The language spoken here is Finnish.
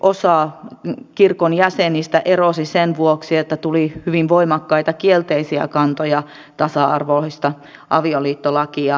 osa kirkon jäsenistä erosi sen vuoksi että tuli hyvin voimakkaita kielteisiä kantoja tasa arvoista avioliittolakia vastaan